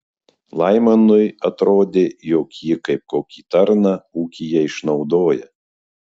laimonui atrodė jog jį kaip kokį tarną ūkyje išnaudoja